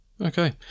Okay